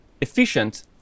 efficient